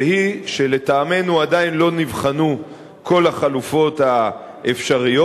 והיא שלטעמנו עדיין לא נבחנו כל החלופות האפשריות.